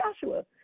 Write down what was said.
Joshua